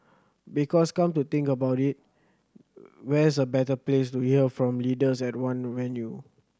because come to think about it where's a better place to hear from leaders at one venue